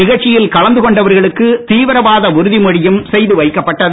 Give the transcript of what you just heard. நிகழ்ச்சியில் கலந்து கொண்டவர்களுக்கு தீவிரவாத உறுதிமொழியும் செய்து வைக்கப்பட்டது